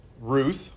Ruth